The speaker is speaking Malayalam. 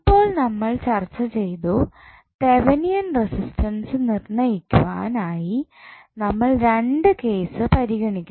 ഇപ്പോൾ നമ്മൾ ചർച്ച ചെയ്തു തെവനിയൻ റസിസ്റ്റൻസ് നിർണ്ണയിക്കുവാൻ ആയി നമ്മൾ രണ്ട് കേസ് പരിഗണിക്കണം